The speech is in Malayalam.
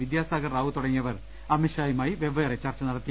വിദ്യാസാഗർ റാവു തുടങ്ങിയവർ അമി ത്ഷായുമായി വെവ്വേറെ ചർച്ച നടത്തി